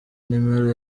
nimero